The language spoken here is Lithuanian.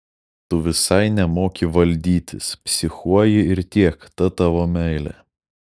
tu visai nemoki valdytis psichuoji ir tiek ta tavo meilė